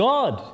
God